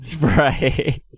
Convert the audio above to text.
Right